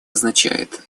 означает